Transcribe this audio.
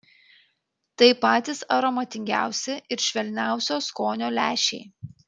tai patys aromatingiausi ir švelniausio skonio lęšiai